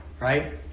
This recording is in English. right